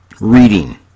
reading